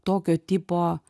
tokio tipo